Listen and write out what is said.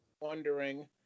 wondering